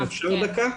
אפשר דקה?